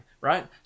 right